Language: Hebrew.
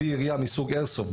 כלי ירייה מסוג איירסופט,